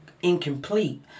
incomplete